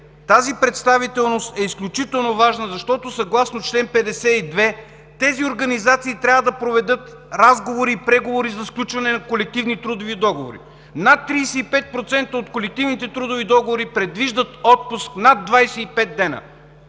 тази представителност е изключително важна, защото, съгласно чл. 52, тези организации трябва да проведат разговори и преговори за сключване на колективни трудови договори. Над 35% от колективните трудови договори предвиждат отпуск над 25 дни.